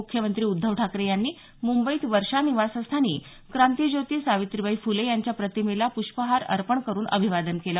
मुख्यमंत्री उद्धव ठाकरे यांनी मुंबईत वर्षा निवासस्थानी क्रांतिज्योती सावित्रीबाई फुले यांच्या प्रतिमेला प्ष्पहार अर्पण करून अभिवादन केलं